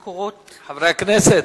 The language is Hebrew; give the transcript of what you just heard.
חברי הכנסת,